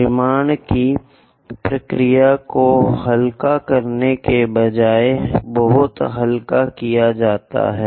निर्माण की प्रक्रिया को हल्का करने के बजाय बहुत हल्का किया जा सकता है